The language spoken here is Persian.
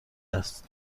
است